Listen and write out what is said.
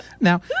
Now